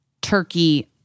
turkey